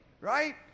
right